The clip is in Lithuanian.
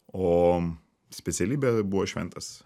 o specialybė buvo šventas